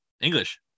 English